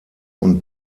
und